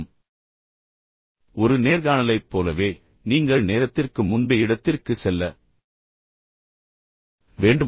நீங்கள் செய்ய வேண்டிய மற்றொரு விஷயம் என்னவென்றால் ஒரு நேர்காணலைப் போலவே நீங்கள் நேரத்திற்கு முன்பே இடத்திற்கு செல்ல வேண்டும்